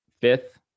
fifth